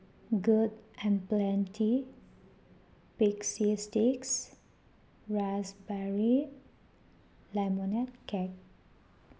good and plenty Pepsi ꯏꯁꯇꯦꯛꯁ raspberry lemonade cake